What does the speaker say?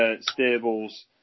stable's